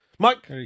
Mike